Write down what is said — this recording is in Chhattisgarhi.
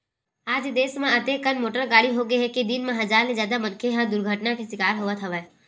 आज देस म अतेकन मोटर गाड़ी होगे हे के दिन म हजार ले जादा मनखे ह दुरघटना के सिकार होवत हवय